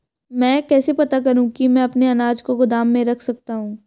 मैं कैसे पता करूँ कि मैं अपने अनाज को गोदाम में रख सकता हूँ?